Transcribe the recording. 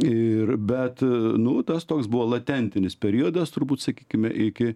ir bet nu tas toks buvo latentinis periodas turbūt sakykime iki